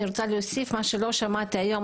אני רוצה להוסיף מה שלא שמעתי היום,